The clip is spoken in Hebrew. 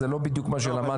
זה לא בדיוק מה שלמדתי.